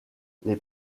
les